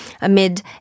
amid